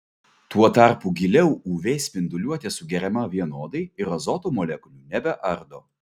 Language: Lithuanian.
tuo tarpu giliau uv spinduliuotė sugeriama vienodai ir azoto molekulių nebeardo